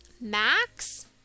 max